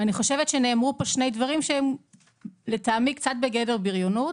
ואני חושבת שנאמרו פה שני דברים שהם לטעמי קצת בגדר בריונות.